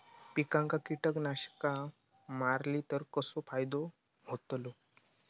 पिकांक कीटकनाशका मारली तर कसो फायदो होतलो?